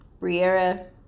Briera